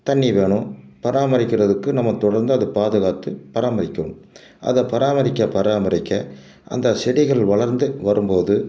தண்ணி வேணும் பராமரிக்கிறதுக்கு நம்ம தொடர்ந்து அதை பாதுகாத்து பராமரிக்கணும் அதை பராமரிக்க பராமரிக்க அந்த செடிகள் வளர்ந்து வரும் போது